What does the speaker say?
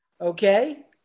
Okay